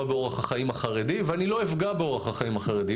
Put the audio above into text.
באורח החיים החרדי ואני לא אפגע באורח החיים החרדי.